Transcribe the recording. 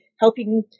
helping